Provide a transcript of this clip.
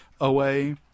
away